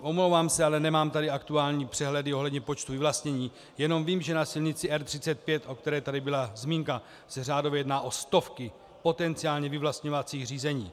Omlouvám se, ale nemám tady aktuální přehledy ohledně počtu vyvlastnění, jenom vím, že na silnici R35, o které tady byla zmínka, se řádově jedná o stovky potenciálně vyvlastňovacích řízení.